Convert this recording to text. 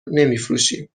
نمیفروشیم